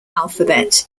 alphabet